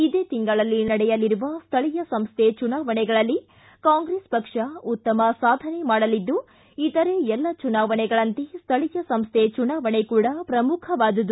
ಇದೇ ತಿಂಗಳಲ್ಲಿ ನಡೆಯಲಿರುವ ಸ್ವಳಿಯ ಸಂಸ್ವೆ ಚುನಾವಣೆಗಳಲ್ಲಿ ಕಾಂಗ್ರೆಸ್ ಪಕ್ಷ ಉತ್ತಮ ಸಾಧನೆ ಮಾಡಲಿದ್ದು ಇತರೆ ಎಲ್ಲ ಚುನಾವಣೆಗಳಂತೆ ಸ್ವಳಿಯ ಸಂಸ್ಥೆ ಚುನಾವಣೆ ಕೂಡ ಪ್ರಮುಖವಾದುದು